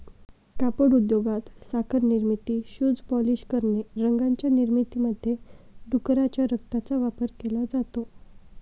कापड उद्योगात, साखर निर्मिती, शूज पॉलिश करणे, रंगांच्या निर्मितीमध्ये डुकराच्या रक्ताचा वापर केला जातो